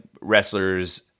wrestlers